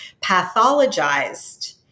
pathologized